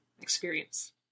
experience